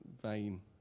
vain